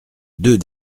deux